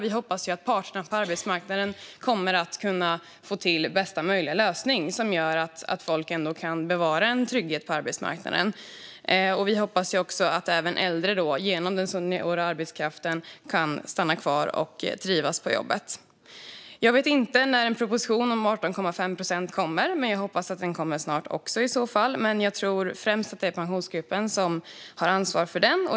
Vi hoppas att parterna på arbetsmarknaden kommer att kunna få till bästa möjliga lösning som gör att folk ändå kan ha kvar en trygghet på arbetsmarknaden. Vi hoppas också att även äldre genom den seniora arbetskraften kan stanna kvar och trivas på jobbet. Jag vet inte när en proposition om 18,5 procent kommer, men jag hoppas också att den kommer snart. Jag tror dock att det främst är Pensionsgruppen som har ansvaret för den.